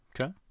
Okay